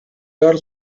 dar